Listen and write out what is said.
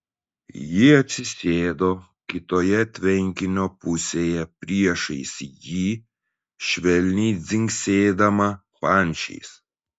ji atsisėdo kitoje tvenkinio pusėje priešais jį švelniai dzingsėdama pančiais